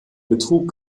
betrug